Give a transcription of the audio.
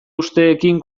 usteekin